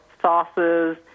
sauces